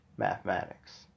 mathematics